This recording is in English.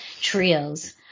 trios